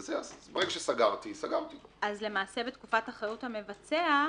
אז למעשה בתקופת אחריות המבצע,